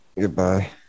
Goodbye